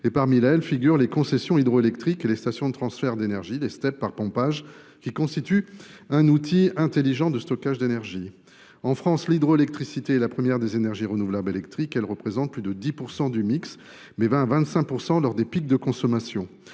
Parmi elles figurent les concessions hydroélectriques et les stations de transfert d’énergie par pompage (Step), qui constituent un outil intelligent de stockage d’énergie. En France, l’hydroélectricité est la première des énergies renouvelables électriques. Elle représente plus de 10 % du mix électrique, mais 20 % à 25 % lors des pics de consommation.